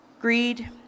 Greed